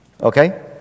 okay